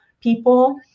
people